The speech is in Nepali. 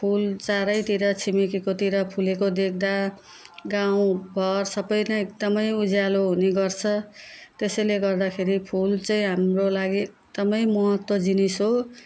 फुल चारैतिर छिमेकीकोतिर फुलेको देख्दा गाउँघर सबैनै एकदमै उज्यालो हुनेगर्छ त्यसैले गर्दाखेरि फुल चाहिँ हाम्रो लागि एकदमै महत्त्व जिनिस हो